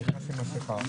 הוא נכנס עם מסכה,